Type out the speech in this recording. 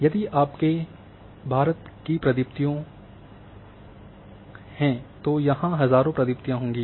यदि आपके भारत की प्रदीप्तियों को हैं तो यहाँ हज़ारों प्रदीप्तियाँ होंगी